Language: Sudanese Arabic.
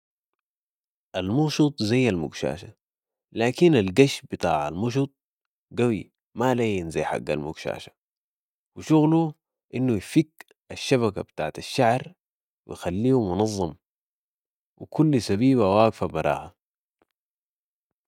المشط زي المقشاشه ، لكين القش بتاع المشط قوي ما لين ذي حق المقشاشه وشغلوا انو يفك الشبكه بتاعت الشعر و يخليه منظم وكل سبيبه واقفة براها